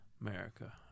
America